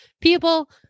people